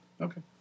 Okay